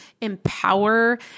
empower